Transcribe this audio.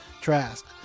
Trask